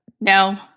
No